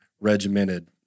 regimented